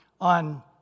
on